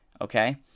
okay